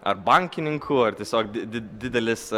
ar bankininkų ar tiesiog di didelis